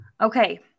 Okay